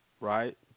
right